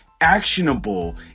actionable